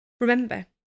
Remember